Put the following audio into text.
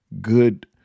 good